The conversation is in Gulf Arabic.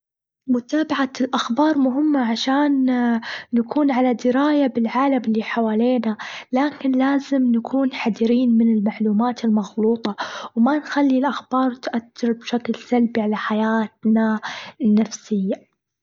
متابعة الأخبار مهمة عشان نكون على دراية بالعالم اللي حوالينا لكن لازم نكون حذرين من المعلومات المخلوطة وما نخلي الاخبار تؤثر بشكل سلبي على حياتنا النفسية.